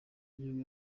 y’igihugu